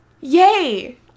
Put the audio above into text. yay